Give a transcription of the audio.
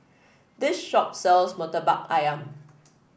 this shop sells Murtabak ayam